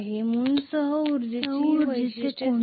म्हणूनच मी सह उर्जेची ही विशिष्ट शब्दावली सादर केली आहे